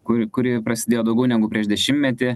kur kuri prasidėjo daugiau negu prieš dešimtmetį